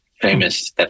famous